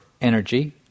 energy